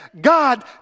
God